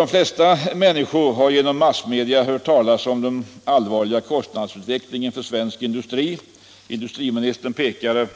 De flesta människor har genom massmedia fått höra talas om den allvarliga kostnadsutvecklingen för svensk industri. Industriministern pekade